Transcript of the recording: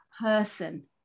person